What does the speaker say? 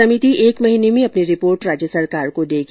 समिति एक महीने में अपनी रिपोर्ट राज्य सरकार को देगी